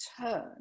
turn